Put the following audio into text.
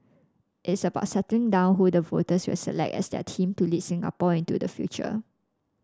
it's about setting down who the voters will select as their team to lead Singapore into the future